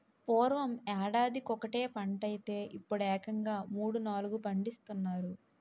పూర్వం యేడాదికొకటే పంటైతే యిప్పుడేకంగా మూడూ, నాలుగూ పండిస్తున్నారు